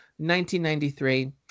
1993